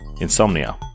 Insomnia